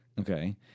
Okay